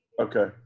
Okay